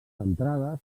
entrades